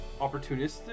opportunistic